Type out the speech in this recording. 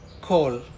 call